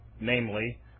namely